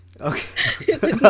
Okay